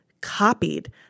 copied